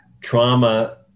trauma